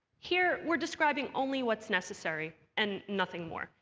here, we're describing only what's necessary and nothing more,